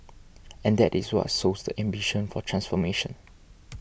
and that is what sows the ambition for transformation